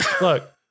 Look